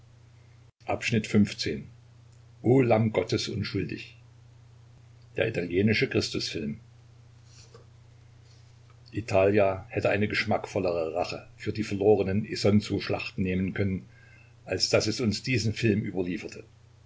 volks-zeitung o lamm gottes unschuldig der italienische christus-film italia hätte eine geschmackvollere rache für die verlorenen isonzoschlachten nehmen können als daß es uns diesen film überlieferte